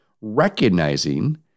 recognizing